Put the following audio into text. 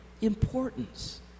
importance